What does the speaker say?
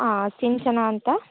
ಹಾಂ ಸಿಂಚನಾ ಅಂತ